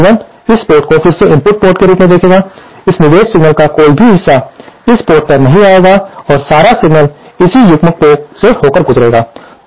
अब यह B1 इस पोर्ट को फिर से इनपुट पोर्ट के रूप में देखेगा इस निवेश सिग्नल का कोई भी हिस्सा इस पोर्ट पर नहीं जाएगा और सारा सिग्नल इसी युग्म पोर्ट से होकर गुजरेगा